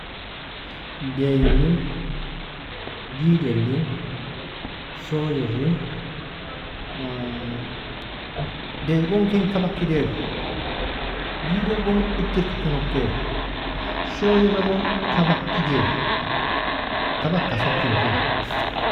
Dayi lin, didai lin, shoyer'in, day gon ken kabak ideri, didail gon ittirk ken ukairu, shoyera gon kabak ideru, Kabaka sokiruk kena.